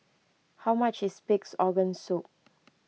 how much is Pig's Organ Soup